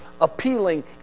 appealing